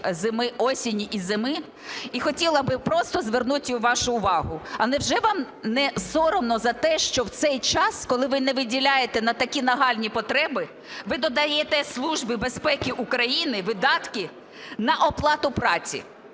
місяці осені і зими, і хотіла би просто звернути вашу увагу. А невже вам не соромно за те, що в цей час, коли ви не виділяєте на такі нагальні потреби, ви додаєте Службі безпеки України видатки на оплату праці?